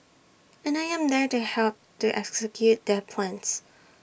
and I am there to help to execute their plans